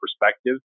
perspective